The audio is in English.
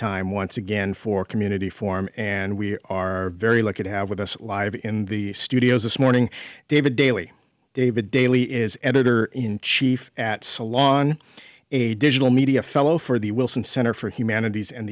time once again for community form and we are very lucky to have with us live in the studio this morning david daily david daly is editor in chief at salon a digital media fellow for the wilson center for humanities and